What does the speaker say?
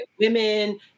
women